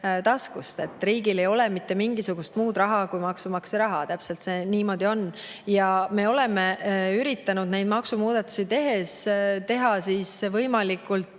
taskust. Riigil ei ole mitte mingisugust muud raha kui maksumaksja raha, täpselt niimoodi on. Me oleme üritanud maksumuudatusi tehes teha võimalikult